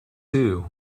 two